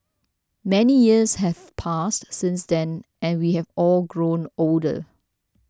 many years have passed since then and we have all grown older